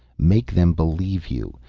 make them believe you,